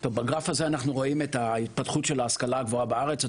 בגרף הזה אנחנו רואים את התפתחות ההשכלה הגבוהה בארץ.